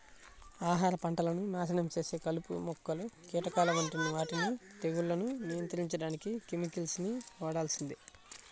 ఆహార పంటలను నాశనం చేసే కలుపు మొక్కలు, కీటకాల వంటి వాటిని తెగుళ్లను నియంత్రించడానికి కెమికల్స్ ని వాడాల్సిందే